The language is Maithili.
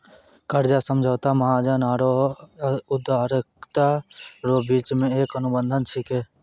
कर्जा समझौता महाजन आरो उदारकरता रो बिच मे एक अनुबंध छिकै